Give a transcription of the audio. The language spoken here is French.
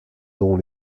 dont